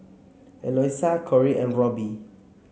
Eloisa Cory and Robby